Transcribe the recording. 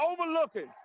overlooking